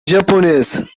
japonaise